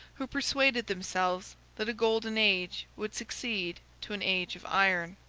who persuaded themselves that a golden age would succeed to an age of iron.